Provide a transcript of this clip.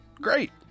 great